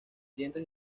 dientes